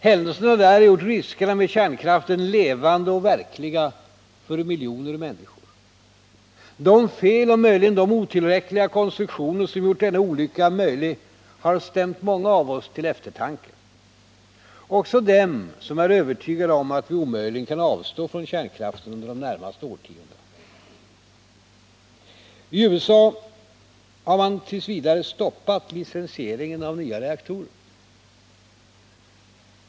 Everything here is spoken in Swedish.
Händelserna där har gjort riskerna med kärnkraften levande och verkliga för miljoner människor. De fel och möjligen de otillräckliga konstruktioner som gjort denna olycka möjlig har stämt många av oss till eftertanke, också den som är övertygad om att vi omöjligen kan avstå från kärnkraften under de närmaste årtiondena. I USA har man t. v. stoppat licensieringen av nya reaktorer.